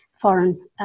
foreign